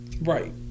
Right